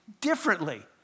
differently